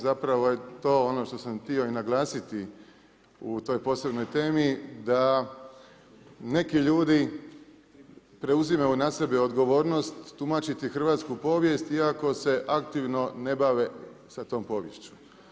Zapravo je to ono što sam htio i naglasiti u toj posebnoj temi, da neki ljudi preuzimaju na sebe odgovornost tumačiti hrvatsku povijest, iako se aktivno ne bave s tom poviješću.